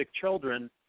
children